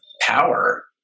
power